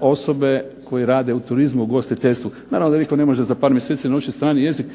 osobe koje rade u turizmu i ugostiteljstvu. Naravno da nitko ne može za par mjeseci naučiti strani jezik,